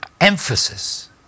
emphasis